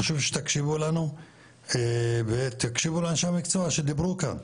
חשוב שתקשיבו לנו ותקשיבו לאנשי המקצוע שדיברו כאן,